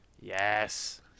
Yes